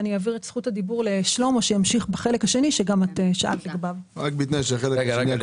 אני אעבור את זכות הדיבור לשלמה שימשיך בחלק השני שגם לגביו נשאלה שאלה.